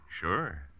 Sure